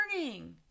morning